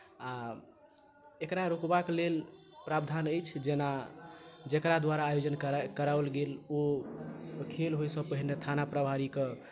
आ एकरा रोकबाक लेल प्रावधान अछि जेना जकरा द्वारा आयोजन करा कराओल गेल ओ खेल होइसँ पहिने थाना प्रभारीकेँ